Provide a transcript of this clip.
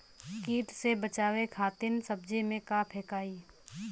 कीट से बचावे खातिन सब्जी में का फेकाई?